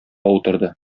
утырды